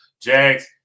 Jags